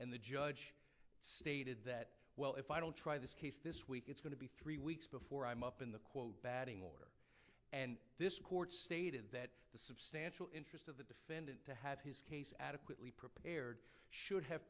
and the judge stated that well if i don't try this case this week it's going to be three weeks before i'm up in the quote batting order and this court stated that the substantial interested to have his case adequately prepared should have